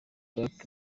black